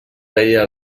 veia